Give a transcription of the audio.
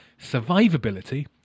survivability